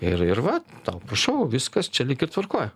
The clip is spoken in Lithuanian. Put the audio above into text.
ir ir va tau prašau viskas čia lyg ir tvarkoj